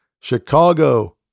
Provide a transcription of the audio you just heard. Chicago